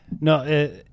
No